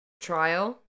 trial